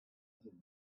din